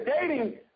dating